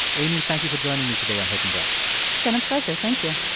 amy, thank you for joining me today on hidden brain it's been a pleasure. thank you